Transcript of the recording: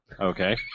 Okay